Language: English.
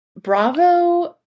Bravo